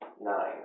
Nine